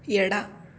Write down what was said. ಎಡ